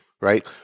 right